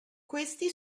questi